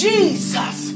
Jesus